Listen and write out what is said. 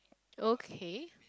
okay